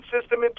system